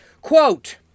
Quote